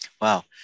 Wow